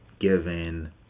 given